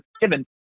given